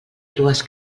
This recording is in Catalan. dues